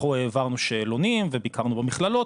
במהלכו העברנו שאלונים וביקרנו במכללות,